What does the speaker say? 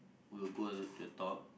we'll go to the talk